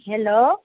hello